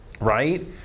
right